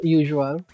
usual